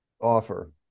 offer